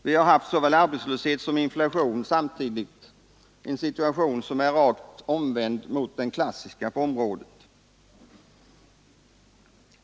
Vi har haft såväl arbetslöshet som inflation samtidigt, en situation som är rakt omvänd i förhållande till den klassiska på området.